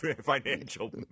Financial